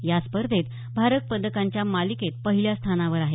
या स्पर्धेत भारत पदकांच्या मालिकेत पहिल्या स्थानावर आहे